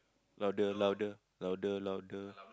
louder louder louder louder